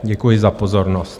Děkuji za pozornost.